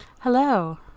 hello